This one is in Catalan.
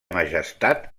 majestat